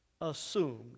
assumed